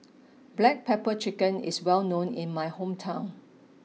Black Pepper Chicken is well known in my hometown